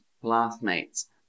classmates